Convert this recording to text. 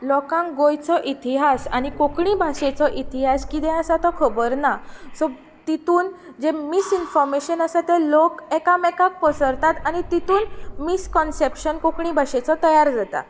लोकांक गोंयचो इतिहास आनी कोंकणी भाशेचो इतिहास कितें आसा तो खबर ना सो तितूंत जें मिसइन्फाॅर्मेशन आसा तें लोक एकामेकाक पसरतात आनी तितून मिसकाॅन्सेप्शन कोंकणी भाशेचो तयार जाता